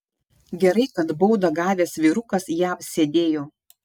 gerai kad baudą gavęs vyrukas jav sėdėjo